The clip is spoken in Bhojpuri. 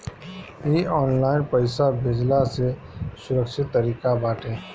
इ ऑनलाइन पईसा भेजला से सुरक्षित तरीका बाटे